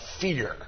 fear